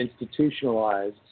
institutionalized